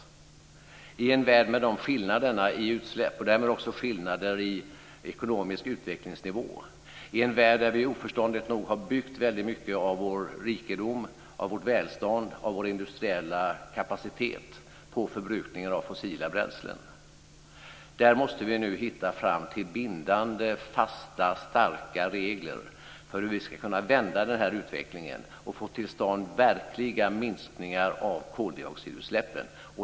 I en värld med de skillnaderna i utsläpp, och därmed också skillnader i ekonomisk utvecklingsnivå, i en värld där vi oförståndigt nog har byggt väldigt mycket av vår rikedom, vårt välstånd och vår industriella kapacitet på förbrukningar av fossila bränslen, måste vi nu hitta fram till bindande, fasta och starka regler för hur vi ska kunna vända utvecklingen och få till stånd verkliga minskningar av koldioxidutsläppen.